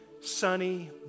sunny